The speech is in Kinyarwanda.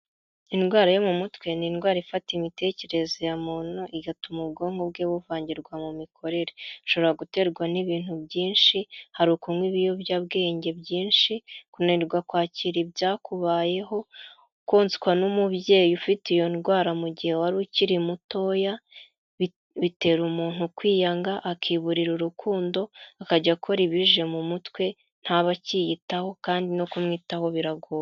Indwara yo mu mutwe ni indwara ifata imitekerereze ya muntu igatuma ubwonko bwe buvangirwa mu mikorere, ishobora guterwa n'ibintu byinshi hari kunywa ibiyobyabwenge byinshi, kunanirwa kwakira ibyakubayeho, konswa n'umubyeyi ufite iyo ndwara mu gihe wari ukiri mutoya, bi bitera umuntu kwiyanga akiburira urukundo akajya akora ibije mu mutwe ntabe akiyitaho kandi no kumwitaho biragoye.